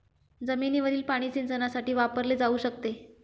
जमिनीवरील पाणी सिंचनासाठी वापरले जाऊ शकते